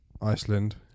Iceland